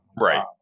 Right